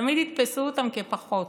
תמיד יתפסו אותם כפחות.